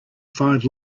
find